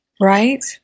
right